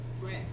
Right